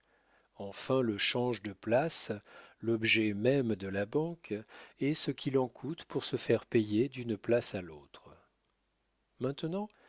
enfin le change de place l'objet même de la banque est ce qu'il en coûte pour se faire payer d'une place à l'autre maintenant